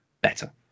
better